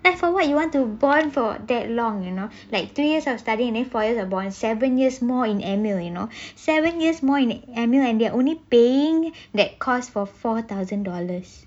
that's what you want to bond for that long you know like three years of study then four years of bond seven years more in M_U you know seven years more in M_U and they're only paying that course for four thousand dollars